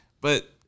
But-